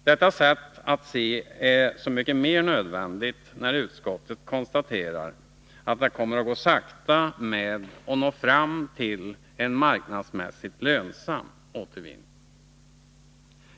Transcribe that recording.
Detta sätt att se är så mycket mer nödvändigt när utskottet konstaterar att det kommer att gå sakta med att nå fram till en marknadsmässigt lönsam återvinning.